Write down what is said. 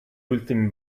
ultimi